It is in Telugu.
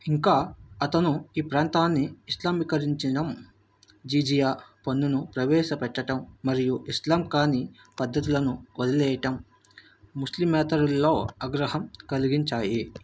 ఇంకా అతను ఈ ప్రాంతాన్ని ఇస్లామీకరించడం జిజియా పన్నును ప్రవేశపెట్టడం మరియు ఇస్లాం కాని పద్ధతులను వదిలేయడం ముస్లిమేతరుల్లో ఆగ్రహం కలిగించాయి